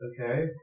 Okay